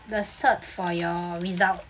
the cert for your result